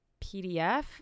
pdf